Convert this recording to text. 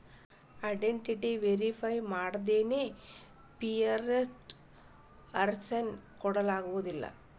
identity verify ಮಾಡ್ಲಾರ್ದ fiat currency ಕೊಡಂಗಿಲ್ಲಾ